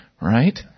Right